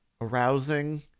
arousing